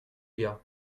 gars